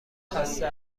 خسته